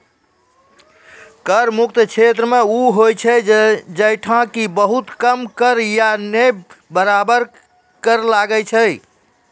कर मुक्त क्षेत्र उ होय छै जैठां कि बहुत कम कर या नै बराबर कर लागै छै